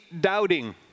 doubting